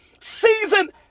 season